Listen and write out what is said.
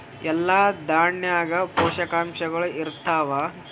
ಎಲ್ಲಾ ದಾಣ್ಯಾಗ ಪೋಷಕಾಂಶಗಳು ಇರತ್ತಾವ?